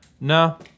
No